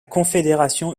confédération